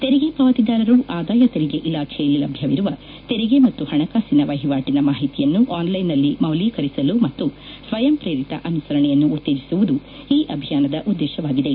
ತೆರಿಗೆ ಪಾವತಿದಾರರು ಆದಾಯ ತೆರಿಗೆ ಇಲಾಖೆಯಲ್ಲಿ ಲಭ್ಯವಿರುವ ತೆರಿಗೆ ಮತ್ತು ಹಣಕಾಸಿನ ವಹಿವಾಟಿನ ಮಾಹಿತಿಯನ್ನು ಆನ್ಲೈನ್ನಲ್ಲಿ ಮೌಲ್ಯೀಕರಿಸಲು ಮತ್ತು ಸ್ವಯಂಪ್ರೇರಿತ ಅನುಸರಣೆಯನ್ನು ಉತ್ತೇಜಿಸುವುದು ಇ ಅಭಿಯಾನದ ಉದ್ಗೇಶವಾಗಿದೆ